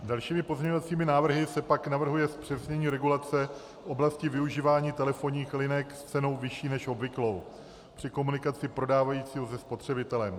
Dalšími pozměňovacími návrhy se pak navrhuje zpřesnění regulace v oblasti využívání telefonních linek s cenou vyšší než obvyklou při komunikaci prodávajícího se spotřebitelem.